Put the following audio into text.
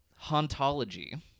Hauntology